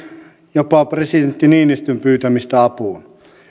jopa presidentti niinistön pyytämistä apuun